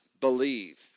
believe